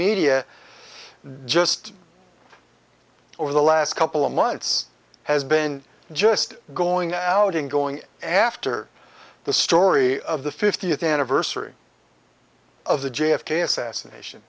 media just over the last couple of months has been just going out in going after the story of the fiftieth anniversary of the j f k assassination